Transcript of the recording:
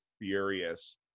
furious